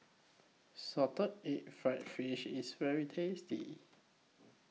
Salted Egg Fried Fish IS very tasty